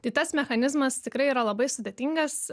tai tas mechanizmas tikrai yra labai sudėtingas